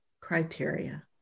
criteria